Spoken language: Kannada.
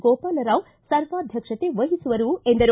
ಗೋಪಾಲರಾವ್ ಸರ್ವಾಧ್ಯಕ್ಷತೆವಹಿಸುವರು ಎಂದರು